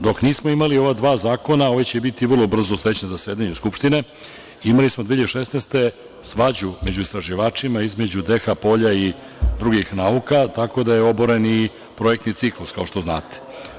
Dok nismo imali ova dva zakona, ovi će biti vrlo brzo, u sledećem zasedanju Skupštine, imali smo 2016. godine svađu među istraživačima između DH polja i drugih nauka, tako da je oboren i projektni ciklus, kao što znate.